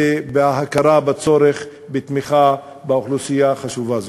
ובהכרה בצורך בתמיכה באוכלוסייה החשובה הזאת.